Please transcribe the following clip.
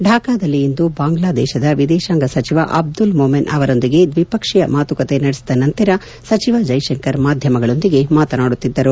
ಢಾಕಾದಲ್ಲಿಂದು ಬಾಂಗ್ಲಾದೇಶದ ವಿದೇಶಾಂಗ ಸಚಿವ ಅಬ್ದುಲ್ ಮೊಮೆನ್ ಅವರೊಂದಿಗೆ ದ್ವಿಪಕ್ಷೀಯ ಮಾತುಕತೆ ನಡೆಸಿದ ನಂತರ ಸಚಿವ ಜೈಶಂಕರ್ ಮಾಧ್ಯಮಗಳೊಂದಿಗೆ ಮಾತನಾಡುತ್ತಿದ್ದರು